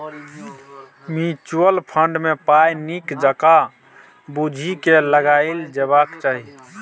mutual fund मे पाइ नीक जकाँ बुझि केँ लगाएल जेबाक चाही